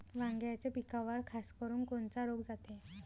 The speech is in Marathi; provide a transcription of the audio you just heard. वांग्याच्या पिकावर खासकरुन कोनचा रोग जाते?